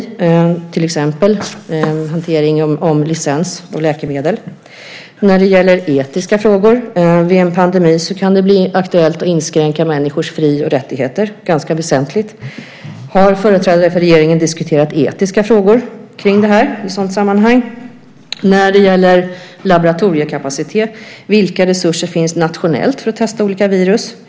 Det handlar till exempel om hantering av licens och läkemedel. Hur är det när det gäller etiska frågor? Vid en pandemi kan det bli aktuellt att inskränka människors fri och rättigheter ganska väsentligt. Har företrädare för regeringen diskuterat etiska frågor kring det här i ett sådant sammanhang? När det gäller laboratoriekapacitet: Vilka resurser finns nationellt för att testa olika virus?